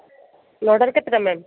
ନଅଟାରୁ କେତେଟା ମ୍ୟାମ୍